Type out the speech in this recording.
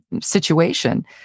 situation